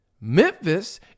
Memphis